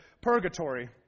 purgatory